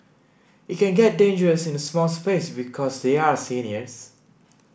it can get dangerous in a small space because they are seniors